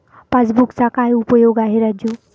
पासबुकचा काय उपयोग आहे राजू?